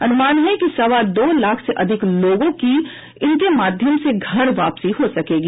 अनुमान है कि सवा दो लाख से अधिक लोगों की इनके माध्यम से घर वापसी हो सकेगी